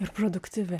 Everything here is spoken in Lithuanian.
ir produktyvi